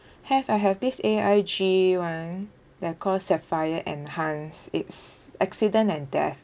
have I have this A_I_G one they call sapphire enhance it's accident and death